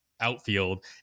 outfield